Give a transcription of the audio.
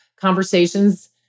conversations